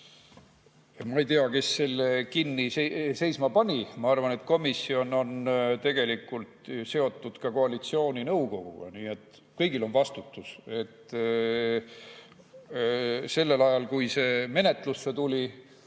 Ma ei tea, kes selle seisma pani. Ma arvan, et komisjon on tegelikult seotud ka koalitsiooninõukoguga, nii et kõigil on vastutus. Sellel ajal, kui see menetlusse tuli,